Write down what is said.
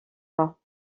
pas